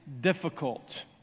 difficult